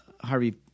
Harvey